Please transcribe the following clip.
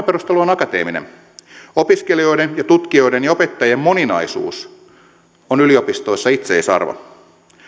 perustelu on akateeminen opiskelijoiden ja tutkijoiden ja opettajien moninaisuus on yliopistoissa itseisarvo